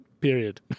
period